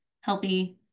healthy